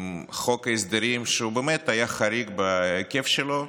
עם חוק הסדרים שהיה חריג בהיקף שלו.